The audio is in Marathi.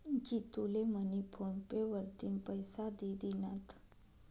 जितू ले मनी फोन पे वरतीन पैसा दि दिनात